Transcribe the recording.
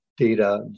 data